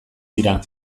dira